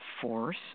force